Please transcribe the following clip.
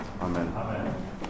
Amen